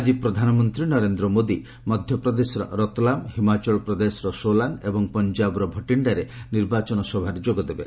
ଆଜି ପ୍ରଧାନମନ୍ତ୍ରୀ ନରେନ୍ଦ୍ର ମୋଦି ମଧ୍ୟପ୍ରଦେଶର ରତଲାମ୍ ହିମାଚଳ ପ୍ରଦେଶର ସୋଲାନ୍ ଏବଂ ପଞ୍ଜାବର ଭଟିଣାରେ ନିର୍ବାଚନ ସଭାରେ ଯୋଗ ଦେବେ